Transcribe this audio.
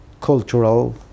cultural